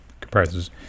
comprises